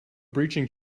breaching